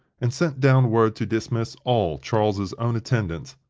and sent down word to dismiss all charles's own attendants,